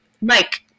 Mike